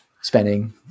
spending